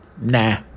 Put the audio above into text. Nah